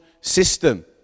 system